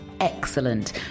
excellent